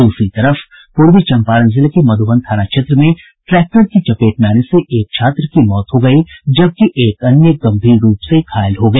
दूसरी तरफ पूर्वी चम्पारण जिले के मधुबन थाना क्षेत्र में ट्रैक्टर की चपेट में आने से एक छात्र की मौत हो गयी जबकि एक अन्य गम्भीर रूप से घायल हो गया